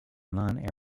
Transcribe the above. non